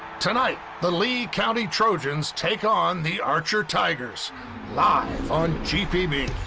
tonight the lee county trojans take on the archer tigers live on gpb.